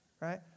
Right